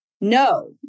no